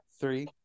three